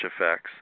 effects –